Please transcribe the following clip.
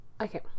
Okay